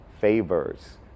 favors